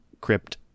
crypt